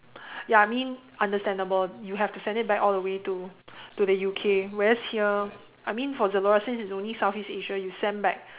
ya I mean understandable you have to send it back all the way to to the U_K whereas here I mean for Zalora since it's only Southeast-Asia you send back